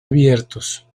abiertos